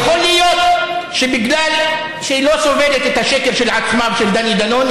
יכול להיות שבגלל שהיא לא סובלת את השקר של עצמה ושל דני דנון,